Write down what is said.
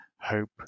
hope